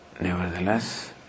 Nevertheless